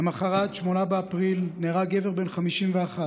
למוחרת, 8 באפריל, נהרג גבר בן 51,